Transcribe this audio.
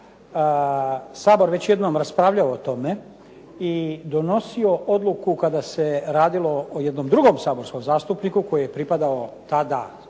Sabor već jednom raspravljao o tome i donosio odluku kada se radilo o jednom drugom saborskom zastupniku koji je pripadao tada